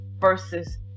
versus